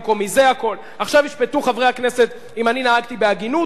עכשיו ישפטו חברי הכנסת אם אני נהגתי בהגינות או לא בהגינות,